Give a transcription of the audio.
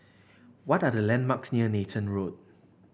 what are the landmarks near Nathan Road